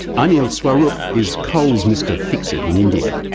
anil swarup is coal's mr fixit in india,